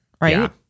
right